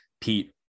pete